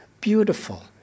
beautiful